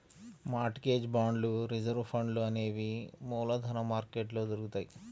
mart gauge బాండ్లు reserve ఫండ్లు అనేవి మూలధన మార్కెట్లో దొరుకుతాయ్